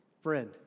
Friend